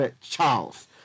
Charles